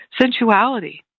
sensuality